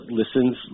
listens